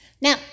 Now